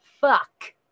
fuck